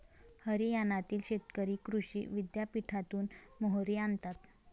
हरियाणातील शेतकरी कृषी विद्यापीठातून मोहरी आणतात